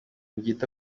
ryita